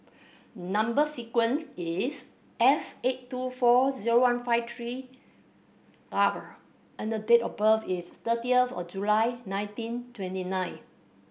number sequence is S eight two four zero one five three R and date of birth is thirtieth of July nineteen twenty nine